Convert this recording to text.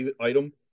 item